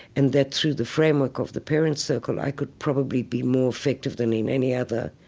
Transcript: and that through the framework of the parents circle, i could probably be more effective than in any other.